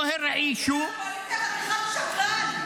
אתה כזה שקרן.